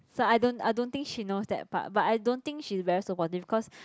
so I don't I don't think she knows that but but I don't think she's very supportive because